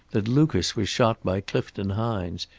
that lucas was shot by clifton hines,